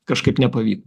kažkaip nepavy